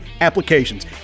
applications